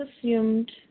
assumed